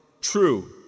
True